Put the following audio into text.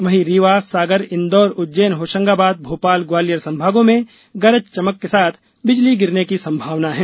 वहीं रीवा सागर इंदौर उज्जैन होशंगाबाद भोपाल ग्वालियर संभागों में गरज चमक के साथ बिजली गिरने की संभावना है